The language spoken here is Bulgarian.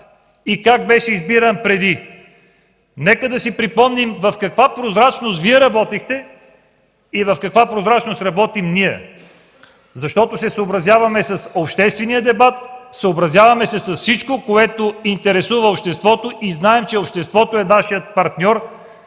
и как беше избиран преди. Нека да си припомним в каква прозрачност работихте Вие и в каква работим ние. Защото се съобразяваме с обществения дебат, съобразяваме се с всичко, което интересува обществото, и знаем, че той е нашият партньор